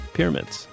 Pyramids